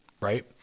right